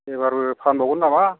एबारबो फानबावगोन नामा